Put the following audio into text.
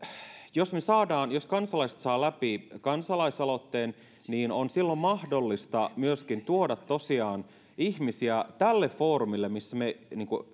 jos kansalaiset saavat läpi kansalaisaloitteen niin on silloin mahdollista myöskin tuoda tosiaan ihmisiä tälle foorumille missä me